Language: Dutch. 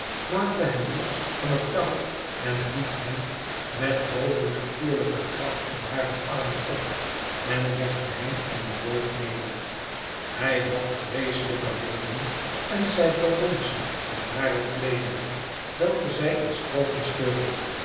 maakte hem los van het touwen hief hem met bovennatuurlijke kracht m hare armen op en legde hem in de boot neder hij had vreeselijke wonden en zij verbond ze met hare kleederen welke zij in strooken scheurde